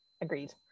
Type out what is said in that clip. Agreed